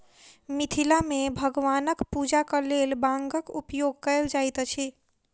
मिथिला मे भगवानक पूजाक लेल बांगक उपयोग कयल जाइत अछि